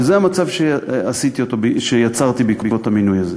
וזה המצב שיצרתי בעקבות המינוי הזה.